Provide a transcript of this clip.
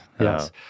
yes